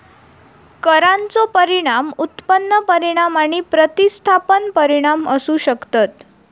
करांचो परिणाम उत्पन्न परिणाम आणि प्रतिस्थापन परिणाम असू शकतत